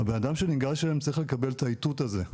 הבן אדם שניגש אליהם צריך לקבל את האיתות הזה,